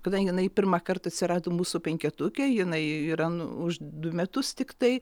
kadangi jinai pirmą kartą atsirado mūsų penketuke jinai yra už du metus tiktai